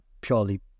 purely